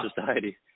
society